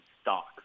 stock